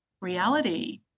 reality